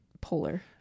polar